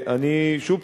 שוב,